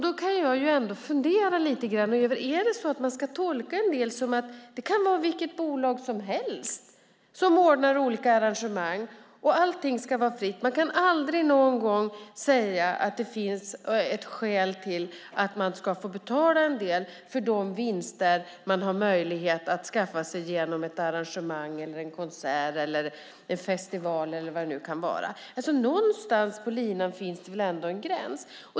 Då kan jag fundera lite grann över: Ska man tolka en del talare så att det kan vara vilket bolag som helst som ordnar olika arrangemang och att allt ska vara fritt, att man aldrig någon gång kan säga att det finns skäl till att de ska betala en del för de vinster de har möjlighet att skaffa sig genom ett arrangemang, en konsert, en festival eller vad det nu kan vara? Någonstans på linan finns det väl ändå en gräns?